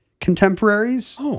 contemporaries